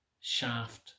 shaft